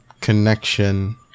connection